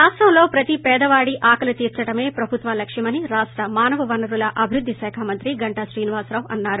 రాష్టంలో ప్రతి పేదవాడి ఆకలి తీర్చడమే ప్రభుత్వ లక్ష్యమని రాష్ట మానవ వనరుల అభివృద్ది కాఖ మంత్రి గంటా శ్రీనివాసరావు అన్నారు